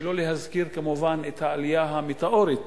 שלא להזכיר כמובן את העלייה המטאורית